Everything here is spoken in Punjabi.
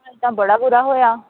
ਇਹ ਤਾਂ ਬੜਾ ਬੁਰਾ ਹੋਇਆ